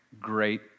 great